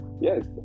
Yes